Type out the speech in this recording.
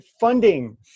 funding